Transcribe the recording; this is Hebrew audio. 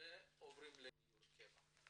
ועוברים לדיור קבע?